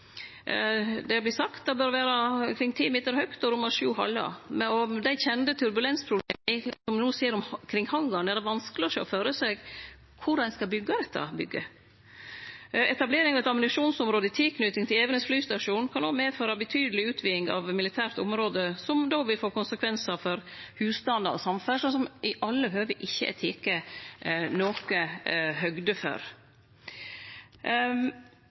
Det vert sagt at det bør vere kring ti meter høgt og romme sju hallar, og med dei kjende turbulensproblema som me no ser kring hangarane, er det vanskeleg å sjå føre seg kor ein skal byggje dette bygget. Etablering av eit ammunisjonsområde i tilknyting til Evenes flystasjon kan òg medføre ei betydeleg utviding av militært område, som då vil få konsekvensar for husstandar og samferdsle, og som det i alle høve ikkje er teke noko høgde for.